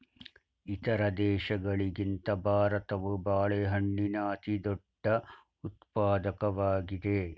ಇತರ ದೇಶಗಳಿಗಿಂತ ಭಾರತವು ಬಾಳೆಹಣ್ಣಿನ ಅತಿದೊಡ್ಡ ಉತ್ಪಾದಕವಾಗಿದೆ